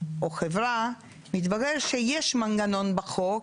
או חברה מתברר שיש מנגנון בחוק,